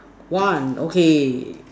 one okay